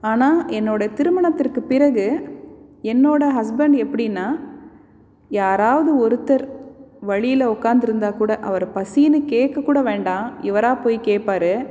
ஆனால் என்னோட திருமணத்திற்கு பிறகு என்னோட ஹஸ்பண்ட் எப்படினா யாராவது ஒருத்தர் வழியில் உட்காந்து இருந்தால் கூட அவர் பசினு கேட்க கூட வேண்டாம் இவராக போய் கேட்பாரு